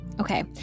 Okay